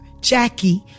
Jackie